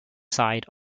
side